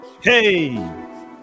hey